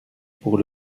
pour